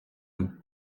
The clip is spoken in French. nous